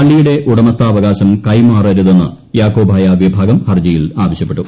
പള്ളിയുടെ ഉടമസ്ഥാവകാശം കൈമാറരുതെന്ന് യാക്കോബായ വിഭാഗം ഹർജിയിൽ ആവശ്യപ്പെട്ടു